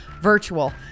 virtual